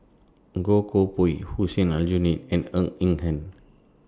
Goh Koh Pui Hussein Aljunied and Ng Eng Hen